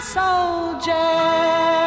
soldier